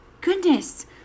goodness